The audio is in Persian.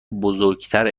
بزرگتر